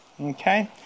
Okay